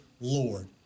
Lord